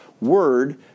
word